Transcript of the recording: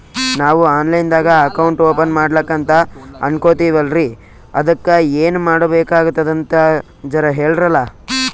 ನಾವು online ದಾಗ account open ಮಾಡ್ಲಕಂತ ಅನ್ಕೋಲತ್ತೀವ್ರಿ ಅದಕ್ಕ ಏನ ಮಾಡಬಕಾತದಂತ ಜರ ಹೇಳ್ರಲ?